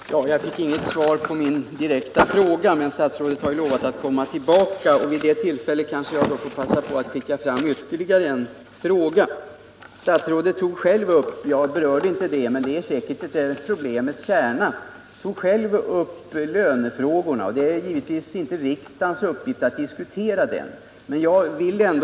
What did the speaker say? Herr talman! Jag fick inget svar på min direkta fråga, men statsrådet har ju lovat att komma tillbaka. Då kanske jag får passa på att framföra ytterligare en fråga som kan tas upp vid det tillfället. Statsrådet tog själv upp lönefrågorna — jag berörde inte dem, men de är säkert problemets kärna — och det är givetvis inte riksdagens uppgift att diskutera dessa.